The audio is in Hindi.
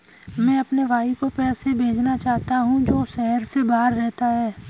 मैं अपने भाई को पैसे भेजना चाहता हूँ जो शहर से बाहर रहता है